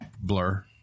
blur